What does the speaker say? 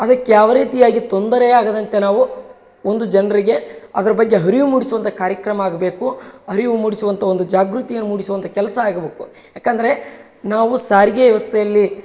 ಅದಕ್ಕೆ ಯಾವ ರೀತಿಯಾಗಿ ತೊಂದರೆಯಾಗದಂತೆ ನಾವು ಒಂದು ಜನರಿಗೆ ಅದರ ಬಗ್ಗೆ ಅರಿವು ಮೂಡಿಸುವಂಥ ಕಾರ್ಯಕ್ರಮ ಆಗಬೇಕು ಅರಿವು ಮೂಡಿಸುವಂಥ ಒಂದು ಜಾಗೃತಿ ಮೂಡಿಸುವಂಥ ಕೆಲಸ ಆಗ್ಬೋಕು ಯಾಕಂದರೆ ನಾವು ಸಾರಿಗೆ ವ್ಯವಸ್ಥೆಯಲ್ಲಿ